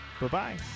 Bye-bye